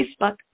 Facebook